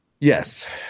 Yes